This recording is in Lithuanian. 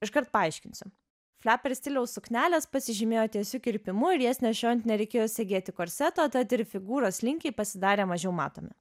iškart paaiškinsiu fleper stiliaus suknelės pasižymėjo tiesiu kirpimu ir jas nešiojant nereikėjo sėdėti korseto tad ir figūros slinkiai pasidarė mažiau matomi